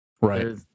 right